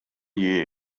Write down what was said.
year